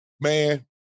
Man